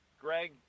Greg